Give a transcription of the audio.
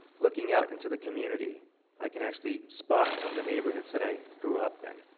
looking out into the community i can actually spot some of the neighborhoods that i grew up in.